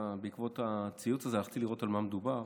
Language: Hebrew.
בעקבות הציוץ הזה הלכתי לראות על מה מדובר.